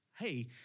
hey